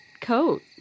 coat